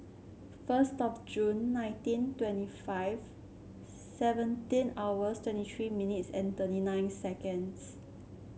first of Jun nineteen twenty five seventeen hours twenty three minutes and thirty nine seconds